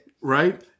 Right